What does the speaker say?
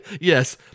Yes